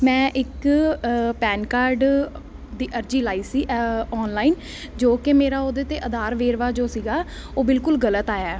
ਮੈਂ ਇੱਕ PAN card ਦੀ ਅਰਜੀ ਲਾਈ ਸੀ ਆਨਲਾਈਨ ਜੋ ਕਿ ਮੇਰਾ ਉਹਦੇ 'ਤੇ ਆਧਾਰ ਵੇਰਵਾ ਜੋ ਸੀਗਾ ਉਹ ਬਿਲਕੁਲ ਗਲਤ ਆਇਆ